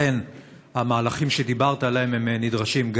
לכן המהלכים שדיברת עליהם הם נדרשים,